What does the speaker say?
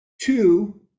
Two